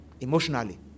emotionally